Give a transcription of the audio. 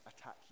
attack